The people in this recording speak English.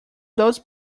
those